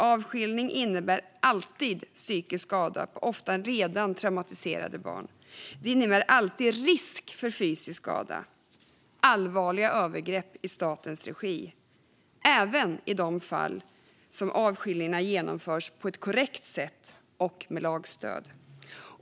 Avskiljning innebär alltid psykisk skada på ofta redan traumatiserade barn, och det innebär alltid risk för fysisk skada. Detta är allvarliga övergrepp i statens regi, även i de fall som avskiljningarna genomförs på korrekt sätt och med lagstöd.